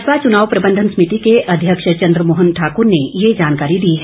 भाजपा चुनाव प्रबंधन समिति के अध्यक्ष चंद्रमोहन ठाक्र ने ये जानकारी दी है